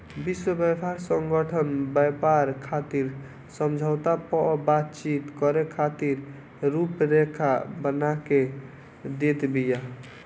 विश्व व्यापार संगठन व्यापार खातिर समझौता पअ बातचीत करे खातिर रुपरेखा बना के देत बिया